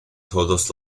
todos